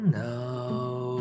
now